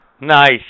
Nice